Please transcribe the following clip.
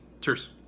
Cheers